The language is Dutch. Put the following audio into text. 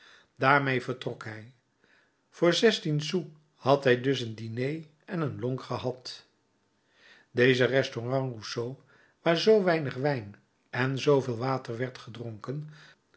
vertrok hij voor zestien sous had hij dus een diné en een lonk gehad deze restaurant rousseau waar zoo weinig wijn en zoo veel water werd gedronken